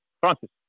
Francis